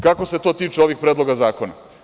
Kako se to tiče ovih predloga zakona?